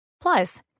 Plus